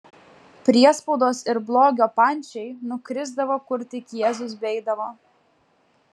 priespaudos ir blogio pančiai nukrisdavo kur tik jėzus beeidavo